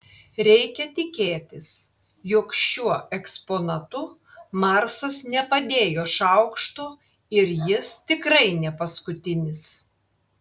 reikia tikėtis jog šiuo eksponatu marsas nepadėjo šaukšto ir jis tikrai ne paskutinis